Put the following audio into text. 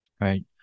right